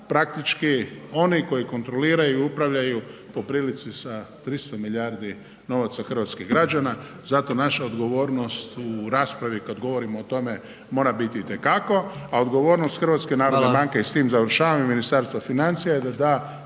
praktički oni koji kontroliraju i upravljaju po prilici sa 300 milijardi novaca hrvatskih građana zato naša odgovornost u raspravi kad govorimo o tome mora biti itekako a odgovornost HNB-a i s tim završavam… …/Upadica predsjednik: Hvala./… … i Ministarstva financija je da da